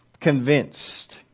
convinced